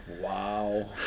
wow